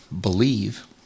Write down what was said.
believe